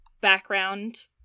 background